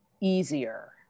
easier